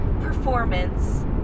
performance